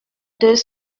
deux